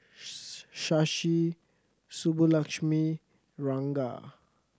Shashi Subbulakshmi Ranga